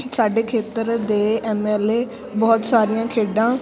ਸਾਡੇ ਖੇਤਰ ਦੇ ਐੱਮ ਐੱਲ ਏ ਬਹੁਤ ਸਾਰੀਆਂ ਖੇਡਾਂ